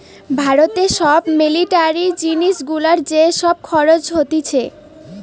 ভারতে সব মিলিটারি জিনিস গুলার যে সব খরচ হতিছে